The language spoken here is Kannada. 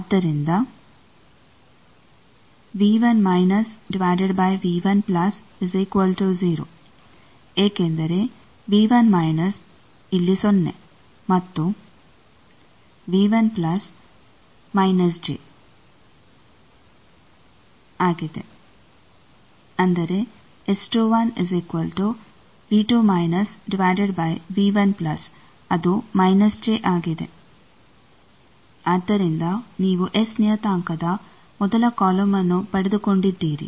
ಆದ್ದರಿಂದ ಏಕೆಂದರೆ ಇಲ್ಲಿ ಸೊನ್ನೆ ಮತ್ತು ಆದ್ದರಿಂದ ನೀವು ಎಸ್ ನಿಯತಾಂಕದ ಮೊದಲ ಕಾಲಮ್ನ್ನು ಪಡೆದುಕೊಂಡಿದ್ದೀರಿ